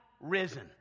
Risen